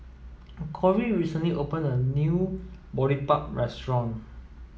Kory recently opened a new Boribap restaurant